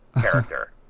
character